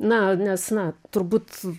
na nes na turbūt